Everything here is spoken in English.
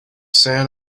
sand